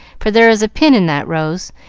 for there is a pin in that rose,